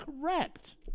correct